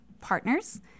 partners